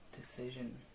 decision